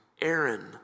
Aaron